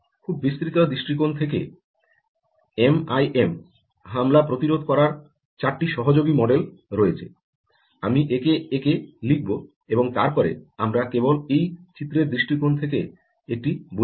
খুব বিস্তৃত দৃষ্টিকোণ থেকে এম আই এম হামলা প্রতিরোধ করার 4 টি সহযোগী মডেল রয়েছে আমি একে একে লিখব এবং তারপরে আমরা কেবলমাত্র এই চিত্রের দৃষ্টিকোণ থেকে একটি বোঝে নেব